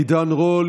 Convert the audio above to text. עידן רול,